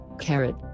Carrot